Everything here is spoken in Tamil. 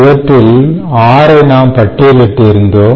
இவற்றில் 6ஐ நாம் பட்டியலிட்டு இருந்தோம்